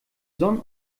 sonn